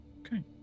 Okay